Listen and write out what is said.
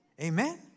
Amen